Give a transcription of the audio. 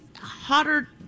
hotter